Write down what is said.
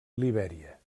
libèria